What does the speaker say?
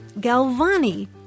Galvani